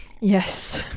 Yes